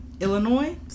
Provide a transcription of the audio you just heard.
Illinois